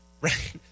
Right